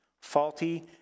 faulty